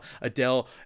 Adele